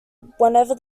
whenever